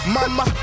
Mama